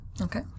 Okay